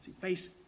face